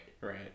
Right